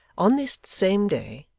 on this same day,